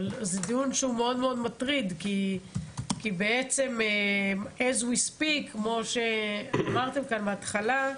אבל זה דיון מאוד מטריד כי בעצם כמו שאמרתם כאן בהתחלה,